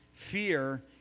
fear